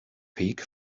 peak